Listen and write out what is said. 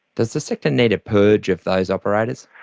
does the sector need a purge of those operators?